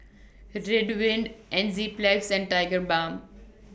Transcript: Ridwind Enzyplex and Tigerbalm